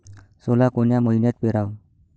सोला कोन्या मइन्यात पेराव?